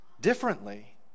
differently